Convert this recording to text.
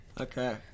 Okay